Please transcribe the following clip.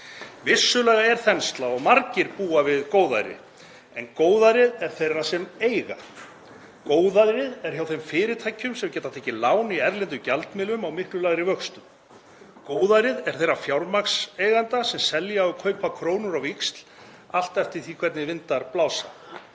Vissulega er þensla og margir búa við góðæri. En góðærið er þeirra sem eiga. Góðærið er hjá þeim fyrirtækjum sem geta tekið lán í erlendum gjaldmiðlum á miklu lægri vöxtum. Góðærið er þeirra fjármagnseigenda sem selja og kaupa krónur á víxl, allt eftir því hvernig vindar blása.